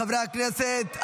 חברי הכנסת,